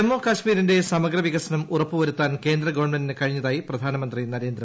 ജമ്മു കാശ്മീരിന്റെ സമഗ്ര വികസനം ഉറപ്പുവരുത്താൻ കേന്ദ്ര ഗവൺമെന്റിന് കഴിഞ്ഞതായി പ്രധാനമന്ത്രി നരേന്ദ്രമോദി